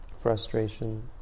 frustration